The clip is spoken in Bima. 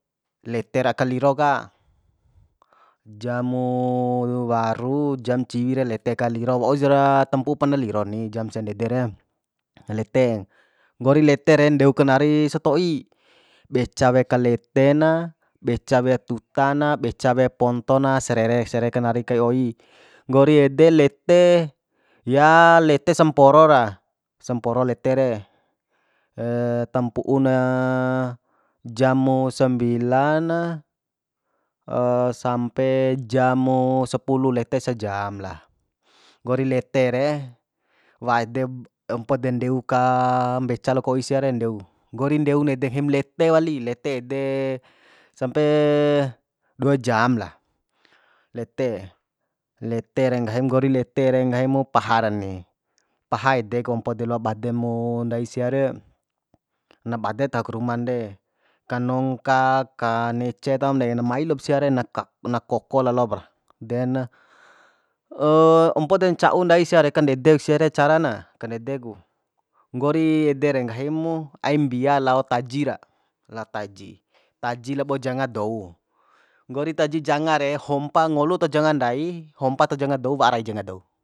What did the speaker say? Leter aka liro ka jamo waru jam ciwi re lete ka liro waujara tampu'u pana liro ni jam sandede re lete nggori lete re ndeu ka nari satoi beca wea kaletena beca weak tuta na beca weak ponto na sarere sare kanari kai oi nggori ede lete ya lete samporo ra samporo lete re tampu'una jamo sambilana sampe jamo sapuluh lete sa jam lah nggori lete re wade ompo de ndeu ka mbeca lo koi sia re ndeu nggori ndeun ede nggahim lete wali lete de sampe dua jam lah lete lete re nggahim nggori lete re nggahimu paha ra ni paha ede ku ompo de loa bademo ndai sia re na bade tahok ruman de kanongka kanece tahom de na mai lop sia de na ka na koko lalopra de na ompoden ca'u ndai sia re kandedek sia re carana kandede ku nggori ede re nggahi mu aim mbia lao taji ra lao taji taji labo janga dou nggori taji janga re hompa ngolu to janga ndai hompa toh janga dou wa'a rai janga dou